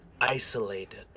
isolated